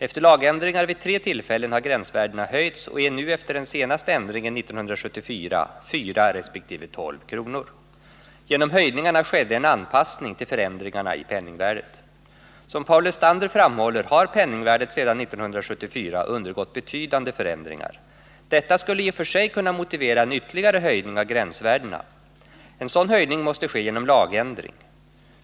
Efter lagändringar vid tre tillfällen har grän Som Paul Lestander framhåller har penningvärdet sedan 1974 undergått betydande förändringar. Detta skulle i och för sig kunna motivera en ytterligare höjning av gränsvärdena. En sådan höjning måste ske genom lagändring.